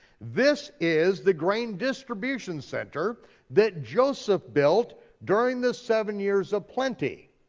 this is the grain distribution center that joseph built during the seven years of plenty.